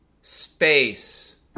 space